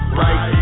right